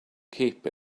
keep